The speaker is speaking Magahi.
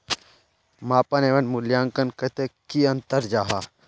मापन एवं मूल्यांकन कतेक की अंतर जाहा?